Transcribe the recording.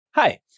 Hi